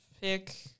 pick